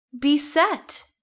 beset